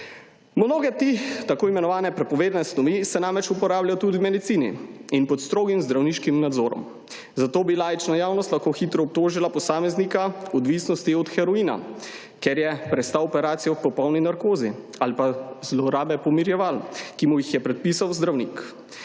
Mnoge te, tako imenovane prepovedane snovi, se namreč uporabljajo tudi v medicini in pod strogim zdravniškim nadzorom, zato bi laična javnost lahko hitro obtožila posameznika odvisnosti od heroina, ker je prestal operacijo v popolno narkozi ali pa zlorabe pomirjeval, ki mu je predpisal zdravnik.